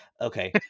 Okay